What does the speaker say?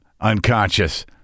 unconscious